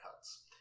cuts